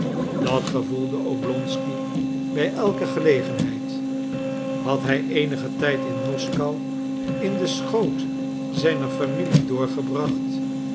dat gevoelde oblonsky bij elke gelegenheid had hij eenigen tijd in moskou in den schoot zijner familie doorgebracht